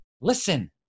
listen